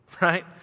Right